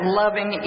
loving